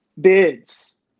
bids